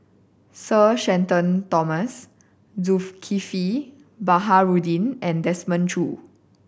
Sir Shenton Thomas Zulkifli Baharudin and Desmond Choo